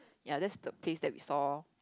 ya that's the place that we saw